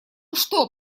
что